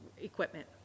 equipment